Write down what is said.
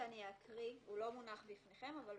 מונח לפניכם.